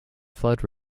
flood